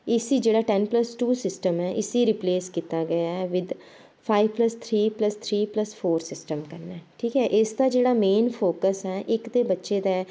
इस्सी जेह्ड़ा ten plus two system ऐ इस्सी रिप्लेस कीता गेआ ऐ with five plus three plus three plus four system कन्नै ठीक ऐ एह् इसदा जेह्ड़ा मेन फोकस ऐ इक ते बच्चे दा